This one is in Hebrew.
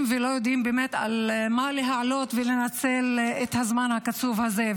ולא יודעים מה להעלות ולנצל את הזמן הקצוב הזה.